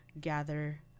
gather